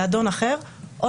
לאדון אחר אתה עובר אליו,